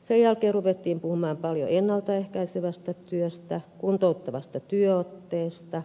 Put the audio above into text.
sen jälkeen ruvettiin puhumaan paljon ennalta ehkäisevästä työstä ja kuntouttavasta työotteesta